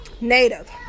Native